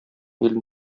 илен